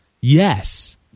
Yes